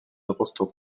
rostock